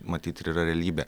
matyt ir yra realybė